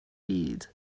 byd